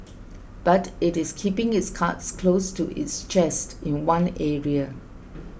but it is keeping its cards close to its chest in one area